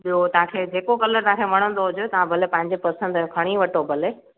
ॿियो तव्हांखे जेको कलर तव्हांखे वणंदो हुजे तव्हां भले पंहिंजे पाण पसंदि जो खणी वठो भले